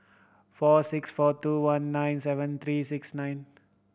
four six four two one nine seven three six nine